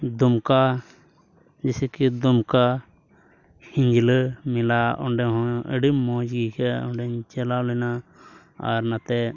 ᱫᱩᱢᱠᱟ ᱡᱮᱭᱥᱮ ᱠᱤ ᱫᱩᱢᱠᱟ ᱦᱤᱡᱽᱞᱟᱹ ᱢᱮᱞᱟ ᱚᱸᱰᱮ ᱦᱚᱸ ᱟᱹᱰᱤ ᱢᱚᱡᱽ ᱜᱮ ᱟᱹᱭᱠᱟᱹᱜᱼᱟ ᱚᱸᱰᱮᱧ ᱪᱟᱞᱟᱣ ᱞᱮᱱᱟ ᱟᱨ ᱱᱚᱛᱮ